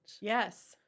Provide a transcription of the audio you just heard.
Yes